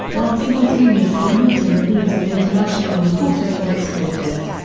while simultaneously meeting the needs of international importers and exporters.